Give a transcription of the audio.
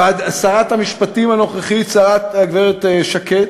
שרת המשפטית הנוכחית הגברת שקד